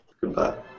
Goodbye